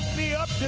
me up